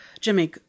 Jimmy